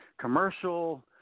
commercial